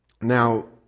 Now